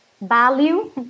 value